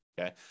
Okay